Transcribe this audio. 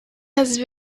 has